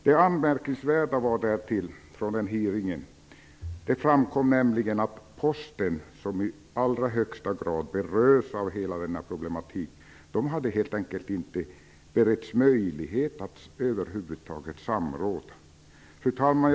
Det anmärkningsvärda var därtill att det vid hearingen framkom att Posten, som i allra högsta grad berörs av hela denna problematik, över huvud taget inte beretts möjlighet att samråda. Fru talman!